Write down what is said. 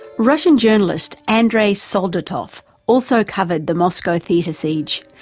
russian journalist andrei soldatov also covered the moscow theatre siege.